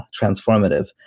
transformative